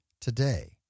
Today